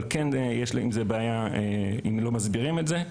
אבל כן יש עם זה אם לא מסבירים את זה.